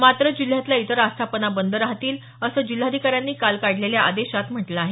मात्र जिल्ह्यातल्या इतर आस्थापना बंद राहतील असं जिल्हाधिकाऱ्यांनी काल काढलेल्या आदेशात म्हटलं आहे